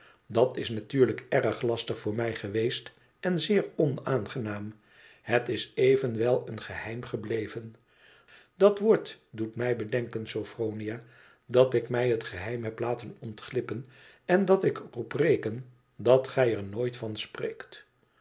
dat is natuurlijk erg lastig voor mij geweest en zeer onaangenaam het is evenwel een geheim gebleven dat woord doet mij bedenken sophronia dat ik mij het geheim heb laten ontglippen en dat ik er op reken dat gij er nooit van spreekt